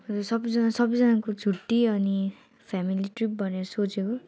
हजुर सबैजना सबैजनाको छुट्टी अनि फेमिली ट्रिप भनेर सोचेको